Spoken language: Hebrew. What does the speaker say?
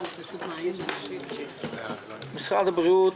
משרד הבריאות